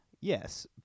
Yes